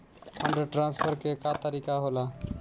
Fund transfer के का तरीका होला?